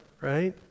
right